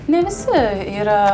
ne visi yra